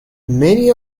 many